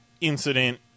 incident